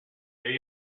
their